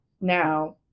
Now